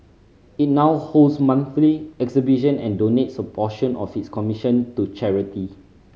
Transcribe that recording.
it now holds monthly exhibition and donates a portion of its commission to charity